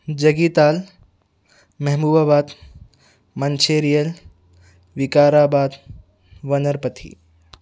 جگی Tal Mahabubabad Mancherial Vikarabad Wanaparthy